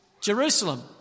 Jerusalem